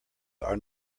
are